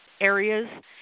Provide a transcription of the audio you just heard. areas